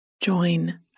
Join